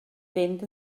fynd